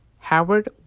Howard